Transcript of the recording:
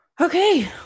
Okay